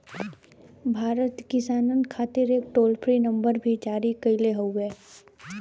सरकार किसानन खातिर एक टोल फ्री नंबर भी जारी कईले हउवे